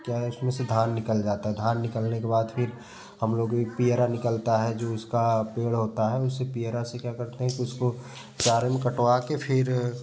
क्या है उसमें से धान निकल जाता है धान निकालने के बाद फिर हम लोग भी पियरा निकलता है जो उसका पेड़ होता है उसी पियरा से क्या करते हैं कि उसको चारे में कटवा के फिर